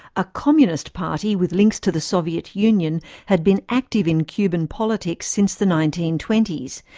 a communist party with links to the soviet union had been active in cuban politics since the nineteen twenty s.